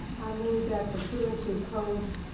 i move that pursuant to code